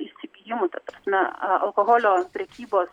įsigijimui ta prasme na alkoholio prekybos